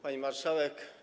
Pani Marszałek!